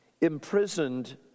imprisoned